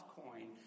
coin